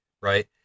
right